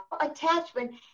attachment